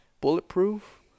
bulletproof